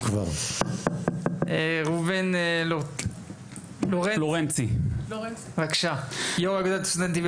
ראובן לורנצי יושב ראש אגודת הסטודנטים,